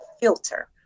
filter